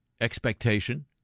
expectation